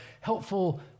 helpful